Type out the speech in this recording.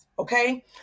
Okay